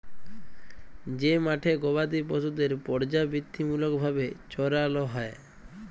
যে মাঠে গবাদি পশুদের পর্যাবৃত্তিমূলক ভাবে চরাল হ্যয়